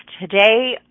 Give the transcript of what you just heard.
today